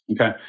okay